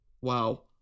Wow